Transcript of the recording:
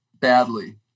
badly